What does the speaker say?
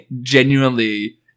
Genuinely